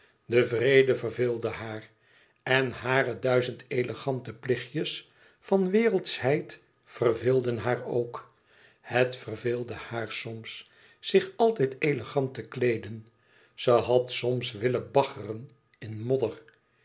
de vrede verveelde haar en hare duizend elegante plichtjes van wereldschheid verveelden haar ook het verveelde haar soms zich altijd elegant te kleeden ze had soms willen baggeren in modder